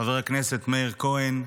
חבר הכנסת מאיר כהן,